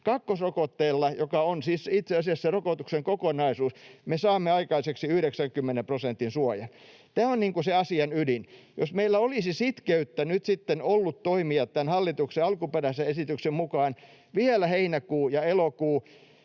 Kakkosrokotteella, joka on siis itse asiassa rokotuksen kokonaisuus, me saamme aikaiseksi 90 prosentin suojan. Tämä on se asian ydin. Jos meillä olisi nyt sitten ollut sitkeyttä toimia tämän hallituksen alkuperäisen esityksen mukaan vielä heinäkuu ja elokuu,